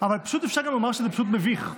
אבל פשוט אפשר גם לומר שזה מביך ומיותר,